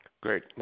Great